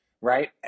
right